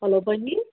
hello बहिनी